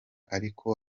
ariko